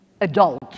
adult